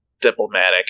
diplomatic